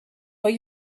but